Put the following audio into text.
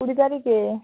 কুড়ি তারিখে